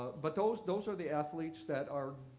but those those are the athletes that are,